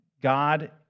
God